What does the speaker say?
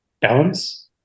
balance